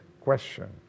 question